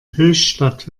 höchstadt